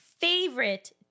favorite